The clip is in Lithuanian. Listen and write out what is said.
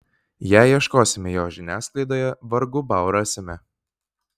jei ieškosime jo žiniasklaidoje vargu bau rasime